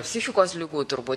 psichikos ligų turbū